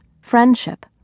friendship